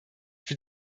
für